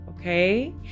Okay